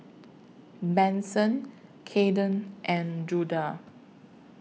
Manson Cayden and Judah